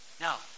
Now